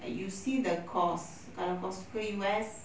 like you see the course kalau kau suka U_S